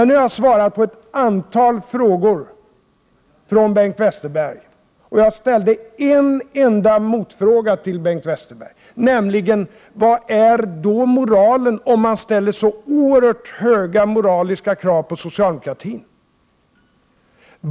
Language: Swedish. Men nu har jag svarat på ett antal frågor från Bengt Westerberg, och jag har ställt en enda motfråga till honom, nämligen vad är moralen om man ställer så oerhört höga moraliska krav på socialdemokratin?